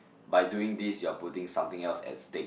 by doing this you are putting something else at state